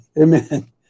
Amen